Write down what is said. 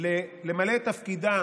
למלא את תפקידה